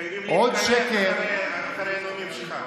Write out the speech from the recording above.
חייבים להתקלח אחרי הנאומים שלך.